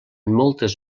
moltes